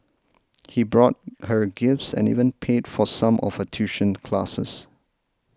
he bought her gifts and even paid for some of her tuition classes